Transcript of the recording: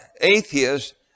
atheists